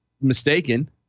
mistaken